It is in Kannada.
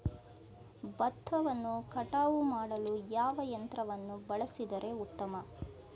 ಭತ್ತವನ್ನು ಕಟಾವು ಮಾಡಲು ಯಾವ ಯಂತ್ರವನ್ನು ಬಳಸಿದರೆ ಉತ್ತಮ?